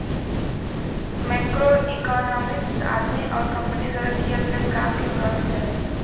macroeconomics आदमी आउर company द्वारा किहल गयल काम के प्रभावित करला